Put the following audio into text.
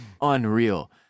Unreal